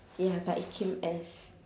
ya but it came S